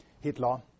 Hitler